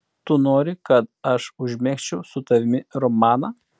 tu nori kad aš užmegzčiau su tavimi romaną